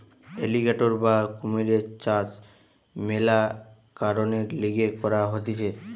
alligator বা কুমিরের চাষ মেলা কারণের লিগে করা হতিছে